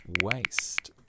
waste